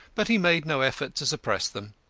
but he made no effort to suppress them.